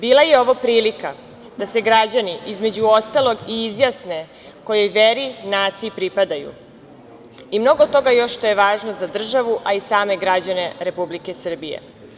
Bila je ovo prilika da se građani, između ostalog, i izjasne kojoj veri i naciji pripadaju i mnogo toga još što je važno za državu, a i same građane Republike Srbije.